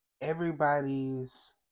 everybody's